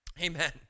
Amen